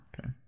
okay